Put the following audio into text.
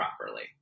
properly